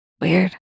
Weird